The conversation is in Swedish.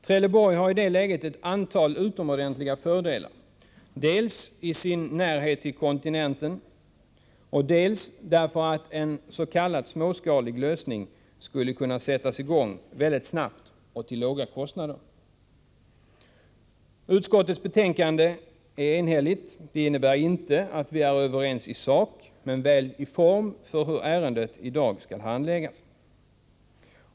Trelleborg har i det läget ett antal utomordentliga fördelar: dels i sin närhet till kontinenten, dels därför att en s.k. småskalig lösning skulle kunna sättas i gång väldigt snabbt och till låga kostnader. Utskottets betänkande är enhälligt. Det innebär inte att vi är överens i sak men väl i form om hur ärendet i dag skall handläggas.